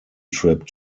trip